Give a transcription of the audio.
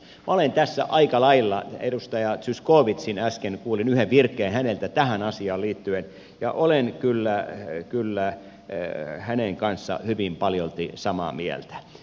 minä olen tässä kyllä hyvin paljolti edustaja zyskowiczin kanssa äsken kuulin yhden virkkeen häneltä tähän asiaan liittyen ja olen kyllä ei kyllä eyöön hänen kanssaan hyvin paljolti samaa mieltä